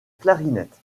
clarinette